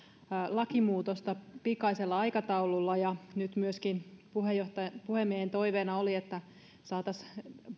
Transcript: lakimuutosta pikaisella aikataululla ja nyt myöskin puhemiehen toiveena oli että saataisiin